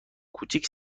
کوچیکش